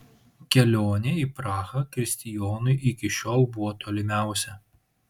kelionė į prahą kristijonui iki šiol buvo tolimiausia